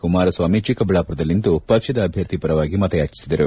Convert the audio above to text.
ಕುಮಾರಸ್ವಾಮಿ ಚಿಕ್ಕಬಳ್ಳಾಪುರದಲ್ಲಿಂದು ಪಕ್ಷದ ಅಭ್ವರ್ಥಿ ಪರವಾಗಿ ಮತಯಾಚಿಸಿದರು